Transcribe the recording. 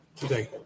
today